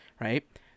Right